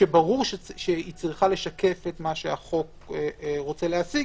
כשברור שהיא צריכה לשקף את מה שהחוק רוצה להשיג,